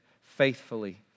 faithfully